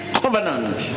covenant